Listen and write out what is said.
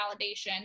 validation